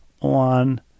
on